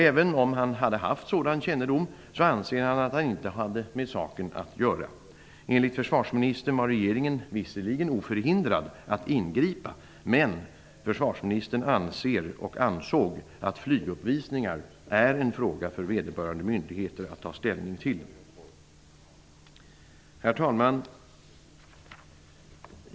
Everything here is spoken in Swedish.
Även om han hade haft sådan kännedom anser han att han inte hade med saken att göra. Enligt försvarsministern var regeringen visserligen oförhindrad att ingripa, men försvarsministern anser och ansåg att flyguppvisningar är en fråga för vederbörande myndigheter att ta ställning till. Herr talman!